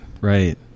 right